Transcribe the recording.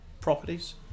properties